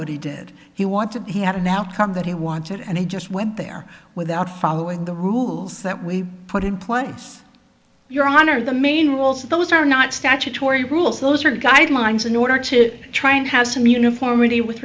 what he did he want to have an outcome that he wanted and he just went there without following the rules that we put in place your honor the main rules those are not statutory rules those are guidelines in order to try and have some uniformity with